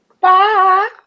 Bye